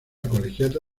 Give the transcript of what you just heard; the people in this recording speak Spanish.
colegiata